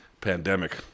pandemic